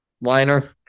liner